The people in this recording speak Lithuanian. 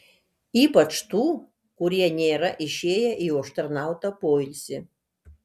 ypač tų kurie nėra išėję į užtarnautą poilsį